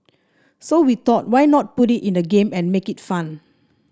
so we thought why not put it in a game and make it fun